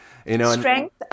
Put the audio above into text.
Strength